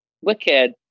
Wicked